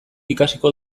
ikasiko